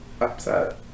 upset